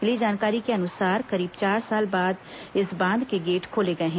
मिली जानकारी के अनुसार करीब चार साल बाद इस बांध के गेट खोले गए हैं